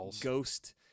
ghost